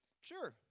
Sure